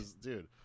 Dude